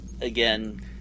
again